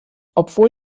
obwohl